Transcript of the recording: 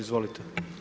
Izvolite.